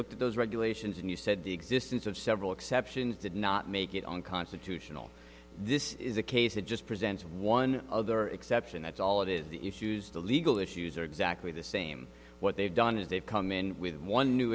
looked at those regulations and you said the existence of several exceptions did not make it on constitutional this is a case that just presents one other exception that's all it is the issues the legal issues are exactly the same what they've done is they've come in with one new